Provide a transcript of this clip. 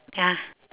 ya